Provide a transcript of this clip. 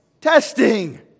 Testing